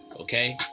Okay